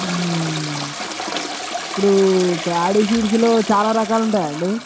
ఇప్పుడు ప్యాడి సీడ్స్లో చాలా రకాలు ఉంటా యా అండి